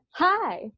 Hi